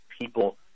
people